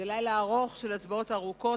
של הצבעות ארוכות,